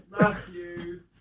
Matthew